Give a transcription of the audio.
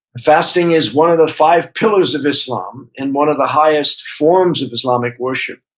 fasting is one of the five pillars of islam and one of the highest forms of islamic worship.